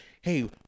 hey